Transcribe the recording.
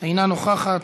אינה נוכחת,